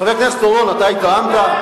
חבר הכנסת אורון, אתה התרעמת?